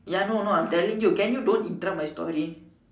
ya no no I am telling you can you don't interrupt my story